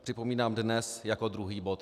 Připomínám, dnes jako druhý bod.